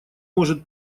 может